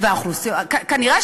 תגידו לי,